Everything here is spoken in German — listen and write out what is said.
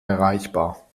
erreichbar